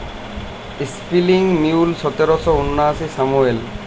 spinning mule সতের শ উনআশিতে স্যামুয়েল ক্রম্পটল লামের লক আবিষ্কার ক্যইরেছিলেল